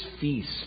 feast